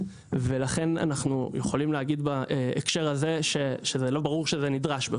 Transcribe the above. ולכן אנחנו יודעים להגיד בהקשר הזה שלא ברור שזה נדרש,